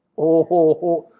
oh.